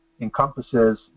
encompasses